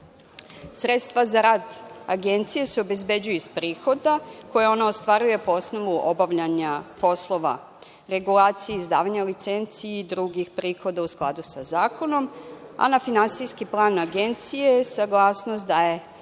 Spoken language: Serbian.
za rad Agencije se obezbeđuju iz prihoda koje ona ostvaruje po osnovu obavljanja poslova regulacije, izdavanja licenci i drugih prihoda u skladu sa Zakonom, a na Finansijski plan Agencije saglasnost daje